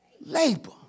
labor